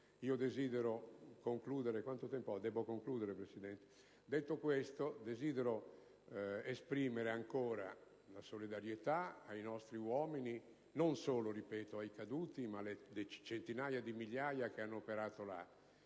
desidero esprimere ancora la solidarietà ai nostri uomini, non solo ai caduti, ma anche alle migliaia che lì hanno operato.